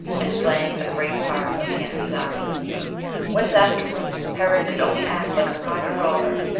and slaying a great part of the enemy's army whence afterward herod could only act like a private robber,